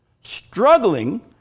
struggling